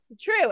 true